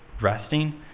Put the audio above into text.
resting